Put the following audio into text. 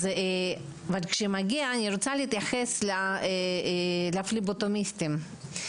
אני רוצה להתייחס לפבלוטומיסטים.